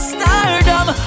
Stardom